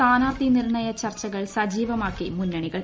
സ്ഥാനാർത്ഥി നിർണ്ണയ ചർച്ചകൾ സജീവമാക്കി മുന്നണികൾ